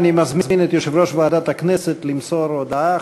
אני מזמין את יושב-ראש ועדת הכנסת למסור הודעה,